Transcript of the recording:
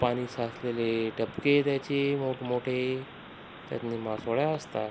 पाणी साचलेले डबके त्याचे मोठमोठे त्यातनी मासोळ्या असतात